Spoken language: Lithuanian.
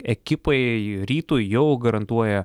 ekipai rytui jau garantuoja